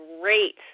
great